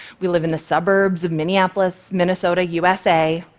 we live in the suburbs of minneapolis, minnesota, usa.